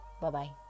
Bye-bye